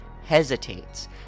hesitates